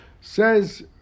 Says